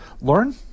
Lauren